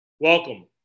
Welcome